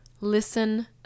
Listen